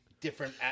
different